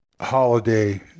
holiday